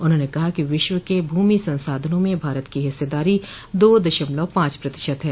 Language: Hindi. उन्होंने कहा कि विश्व के भूमि संसाधनों में भारत की हिस्सेदारी दो दशमलव पांच प्रतिशत है